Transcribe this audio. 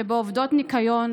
שבו עובדות ניקיון